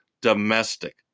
domestic